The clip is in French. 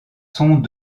sont